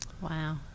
Wow